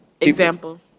Example